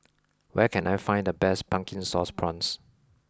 where can I find the best Pumpkin Sauce Prawns